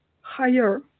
higher